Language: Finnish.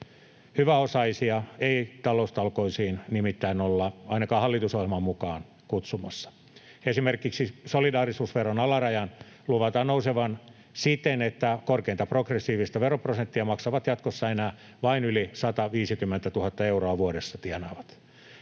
Hyväosaisia ei taloustalkoisiin nimittäin olla ainakaan hallitusohjelman mukaan kutsumassa. Esimerkiksi solidaarisuusveron alarajan luvataan nousevan siten, että korkeinta progressiivista veroprosenttia maksavat jatkossa enää vain yli 150 000 euroa vuodessa tienaavat.